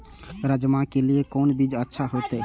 राजमा के लिए कोन बीज अच्छा होते?